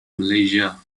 malaysia